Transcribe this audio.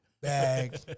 Bag